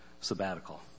sabbatical